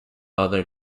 other